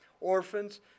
orphans